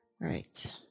Right